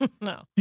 No